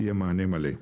יהיה מענה מלא.